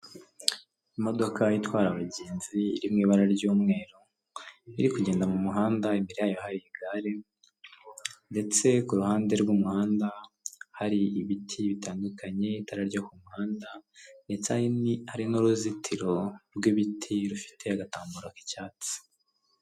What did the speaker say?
Imodoka itwara abagenzi iri mu ibara ry'umweru, iri kugenda mu muhanda imbere yayo hari igare ndetse ku ruhande rw'umuhanda hari ibiti bitandukanye itara ryo ku muhanda ndetse hari n'uruzitiro rw'ibiti rufite agatambaro k'icyatsi.